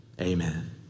Amen